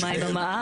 ומה עם המע"מ?